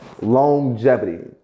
Longevity